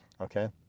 Okay